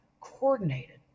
coordinated